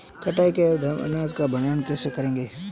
कटाई के बाद हम अनाज का भंडारण कैसे करें?